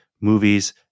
movies